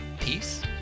peace